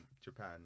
japan